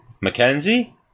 Mackenzie